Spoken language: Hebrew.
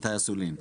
איתי אסולין,